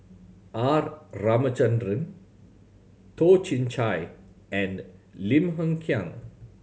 R Ramachandran Toh Chin Chye and Lim Hng Kiang